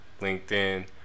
LinkedIn